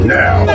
now